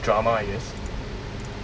drama I guess